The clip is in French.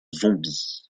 zombies